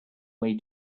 way